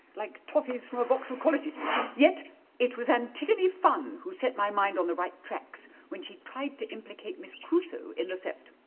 like toffees from a box of quality street. yet it was antigone funn who set my mind on the right tracks when she tried to implicate miss crusoe in the theft.